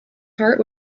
heart